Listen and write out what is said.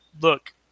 look